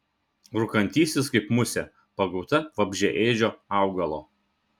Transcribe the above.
rūkantysis kaip musė pagauta vabzdžiaėdžio augalo